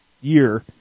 year